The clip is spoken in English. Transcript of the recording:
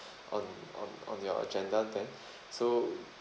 on on on your agenda then so